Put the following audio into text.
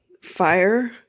fire